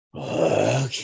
Okay